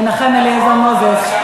מנחם אליעזר מוזס.